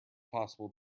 possible